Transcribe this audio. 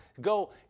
Go